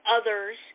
others